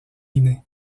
guinée